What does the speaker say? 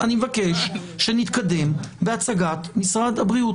אני מבקש שנתקדם בהצגת משרד הבריאות.